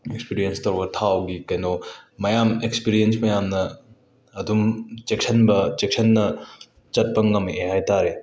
experience ꯇꯧꯔ ꯊꯥꯎꯒꯤ ꯀꯩꯅꯣ ꯃꯌꯥꯝ ꯑꯦꯛꯁꯄꯔꯤꯌꯦꯟꯁ ꯃꯌꯥꯝꯅ ꯑꯗꯨꯝ ꯆꯦꯛꯁꯟꯕ ꯆꯦꯛꯁꯟꯅ ꯆꯠꯄ ꯉꯃꯛꯑꯦ ꯍꯥꯏꯇꯥꯔꯦ